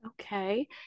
Okay